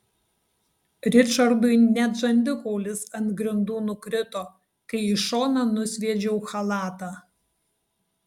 ričardui net žandikaulis ant grindų nukrito kai į šoną nusviedžiau chalatą